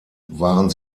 waren